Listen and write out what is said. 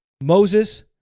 Moses